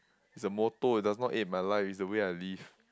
is a motto it does not aid my life it's the way I live